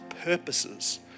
purposes